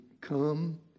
come